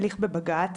הליך בבג"צ,